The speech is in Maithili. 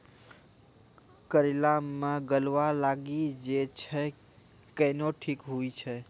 करेला मे गलवा लागी जे छ कैनो ठीक हुई छै?